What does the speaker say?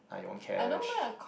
I want cash